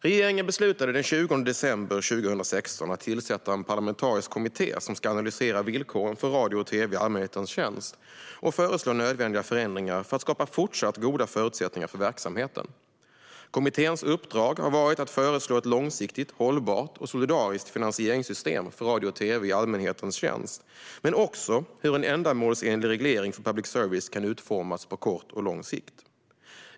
Regeringen beslutade den 20 december 2016 att tillsätta en parlamentarisk kommitté som ska analysera villkoren för radio och tv i allmänhetens tjänst och föreslå nödvändiga förändringar för att skapa fortsatt goda förutsättningar för verksamheten. Kommitténs uppdrag är att föreslå ett långsiktigt hållbart och solidariskt finansieringssystem för radio och tv i allmänhetens tjänst, men också hur en ändamålsenlig reglering för public service kan utformas på kort och lång sikt.